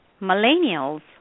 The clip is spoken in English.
millennials